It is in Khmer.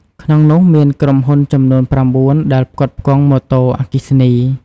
ក្នុងនោះ មានក្រុមហ៊ុនចំនួន ៩ ដែលផ្គត់ផ្គង់ម៉ូតូ អគ្គិសនី។